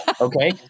okay